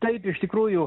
taip iš tikrųjų